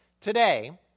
Today